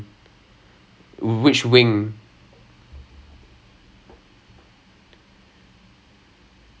!aiyo! she's doing biology err which wing ah she's in techology wing and dance wing if I'm not wrong